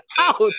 out